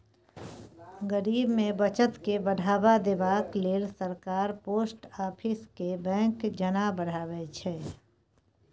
गरीब मे बचत केँ बढ़ावा देबाक लेल सरकार पोस्ट आफिस केँ बैंक जेना बढ़ाबै छै